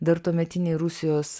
dar tuometinėj rusijos